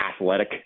athletic